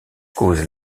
cause